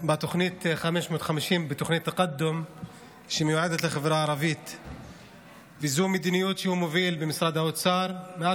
הדברים, תודה רבה לכבוד שר האוצר בצלאל סמוטריץ'.